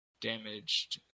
damaged